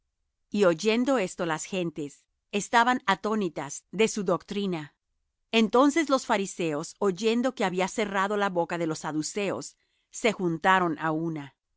y oyendo esto las gentes estaban atónitas de su doctrina entonces los fariseos oyendo que había cerrado la boca á los saduceos se juntaron á una